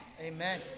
Amen